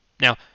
Now